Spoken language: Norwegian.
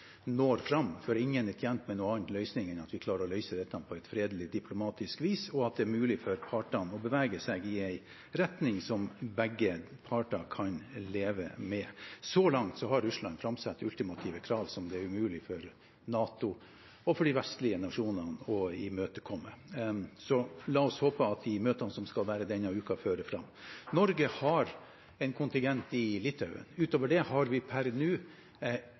når fram, for ingen er tjent med noen annen løsning enn at vi klarer å løse dette på fredelig, diplomatisk vis, og at det er mulig for partene å bevege seg i en retning som begge parter kan leve med. Så langt har Russland framsatt ultimative krav som det er umulig for NATO – og for de vestlige nasjonene – å imøtekomme. Så la oss håpe at de møtene som skal være denne uka, fører fram. Norge har en kontingent i Litauen. Utover det har vi per nå